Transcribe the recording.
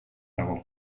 dago